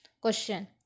Question